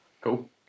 Cool